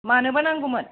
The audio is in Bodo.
मानोबा नांगौमोन